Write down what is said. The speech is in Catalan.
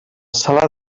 sala